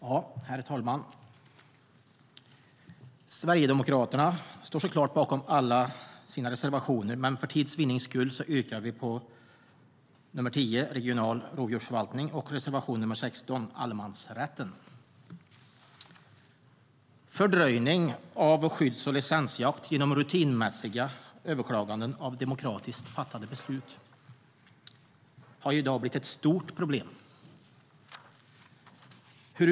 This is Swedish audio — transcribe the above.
Herr talman! Sverigedemokraterna står såklart bakom alla sina reservationer, men för tids vinnande yrkar jag bifall endast till reservation nr 10 om regional rovdjursförvaltning och reservation nr 16 om allemansrätten. Fördröjning av skydds och licensjakt genom rutinmässiga överklaganden av demokratiskt fattade beslut har i dag blivit ett stort problem.